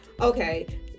Okay